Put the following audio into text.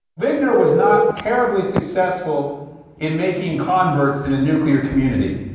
wigner was not terribly successful in making converts in the nuclear community.